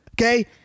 Okay